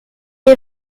est